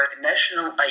national